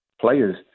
players